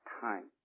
time